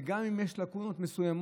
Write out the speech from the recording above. וגם אם יש לקונות מסוימות,